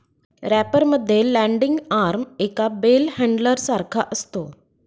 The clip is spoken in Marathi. रॅपर मध्ये लँडिंग आर्म एका बेल हॅण्डलर सारखा असतो